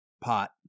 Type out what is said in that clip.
pot